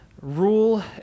rule